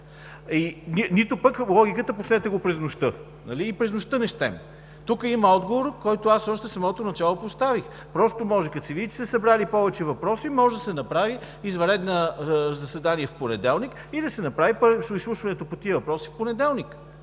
Нито пък логиката „пуснете го през нощта“. Нали и през нощта не щем?! Тук има отговор, който аз още в самото начало поставих, просто може като се види, че са се събрали повече въпроси, може да се направи извънредно заседание в понеделник и да се направи изслушването по тези въпроси в понеделник